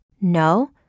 No